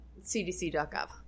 cdc.gov